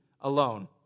alone